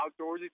outdoorsy